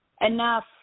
enough